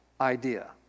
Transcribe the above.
idea